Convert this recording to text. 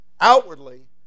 outwardly